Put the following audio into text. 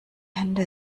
hände